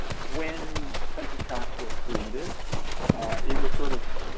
when census tracts were created it was sort of